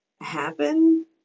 happen